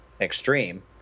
extreme